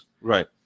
right